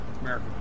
America